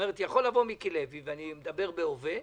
יכול לבוא מיקי לוי, אני מדבר בהווה - ולהגיד,